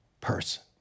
person